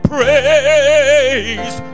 Praise